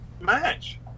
match